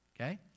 Okay